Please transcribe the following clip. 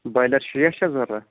boiler شیٚٚٹھ چھا ضروٗرت